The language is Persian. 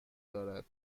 دارد